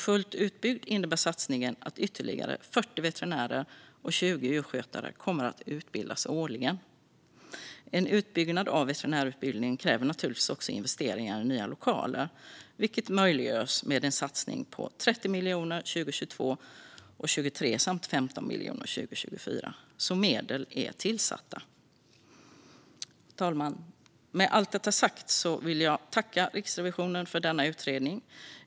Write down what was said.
Fullt utbyggd innebär satsningen att ytterligare 40 veterinärer och 20 djursjukskötare kommer att utbildas årligen. En utbyggnad av veterinärutbildningen kräver naturligtvis också investering i nya lokaler vilket möjliggörs med en satsning på 30 miljoner 2022 och 2023 samt 15 miljoner 2024, så medel är tillsatta. Fru talman! Med allt detta sagt vill jag tacka Riksrevisionen för denna utredning.